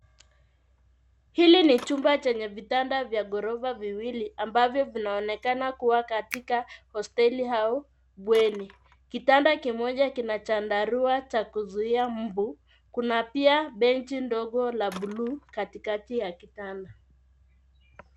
Hili ni chumba chenye vitanda vya ghorofa viwili ambavyo vinaonekana kuwa katika hosteli au bweni. Kitanda kimoja kina chandarua cha kuzuia mbu. Kuna pia benji ndogo la buluu katikati ya kitanda.